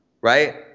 right